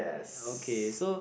okay so